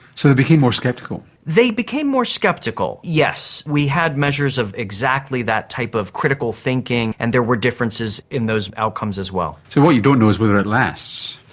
so they became more sceptical? they became more sceptical, yes. we had measures of exactly that type of critical thinking, and there were differences in those outcomes as well. so what you don't know is whether it lasts.